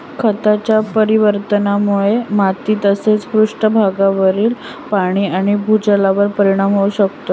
खतांच्या अतिवापरामुळे माती तसेच पृष्ठभागावरील पाणी आणि भूजलावर परिणाम होऊ शकतो